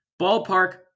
Ballpark